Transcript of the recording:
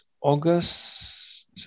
August